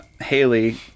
Haley